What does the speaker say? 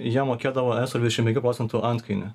jie mokėdavo eso dvidešim penkių procentų antkainį